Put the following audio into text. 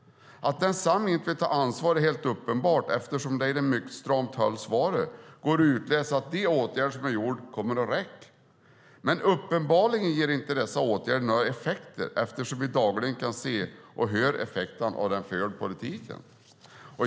Att densamme inte tar ansvar är helt uppenbart, eftersom det i det mycket stramt hållna svaret går att utläsa att de åtgärder som är gjorda kommer att räcka. Uppenbarligen ger dock dessa åtgärder inga effekter eftersom vi dagligen kan se och höra effekterna av den förda politiken.